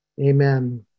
Amen